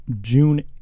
June